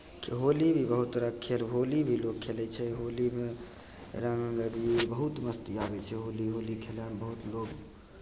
होली भी बहुत तरहके खेल होली भी लोक खेलै छै होलीमे रङ्ग अबीर बहुत मस्ती आबै छै होली होली खेलयमे बहुत लोक